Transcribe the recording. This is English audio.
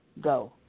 go